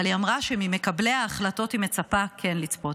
אבל היא אמרה שממקבלי ההחלטות היא מצפה כן לצפות.